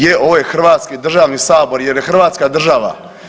Je ovo je Hrvatski državni sabor jer je Hrvatska država.